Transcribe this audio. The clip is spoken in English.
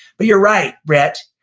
but you're right, brett.